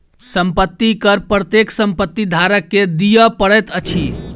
संपत्ति कर प्रत्येक संपत्ति धारक के दिअ पड़ैत अछि